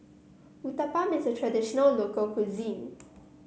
Uthapam is a traditional local cuisine